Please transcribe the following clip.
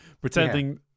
pretending